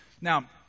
Now